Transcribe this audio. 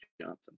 Johnson